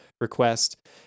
request